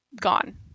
gone